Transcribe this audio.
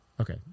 Okay